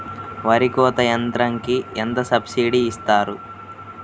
వరి కోత యంత్రంకి ఎంత సబ్సిడీ ఇస్తారు?